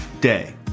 day